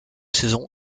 saison